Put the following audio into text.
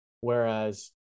whereas